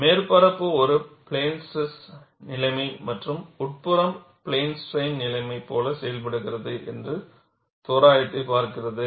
மேற்பரப்பு ஒரு plane stress நிலைமை மற்றும் உட்புறம் பிளேன் ஸ்ட்ரைன் நிலைமை போல செயல்படுகிறது என்ற தோராயத்தைப் பார்க்கிறது